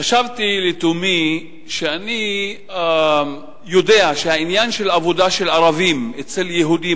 חשבתי לתומי שאני יודע שהעניין של עבודה של ערבים אצל יהודים,